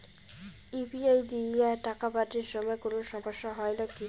UPI দিয়া টাকা পাঠের সময় কোনো সমস্যা হয় নাকি?